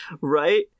right